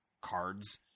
cards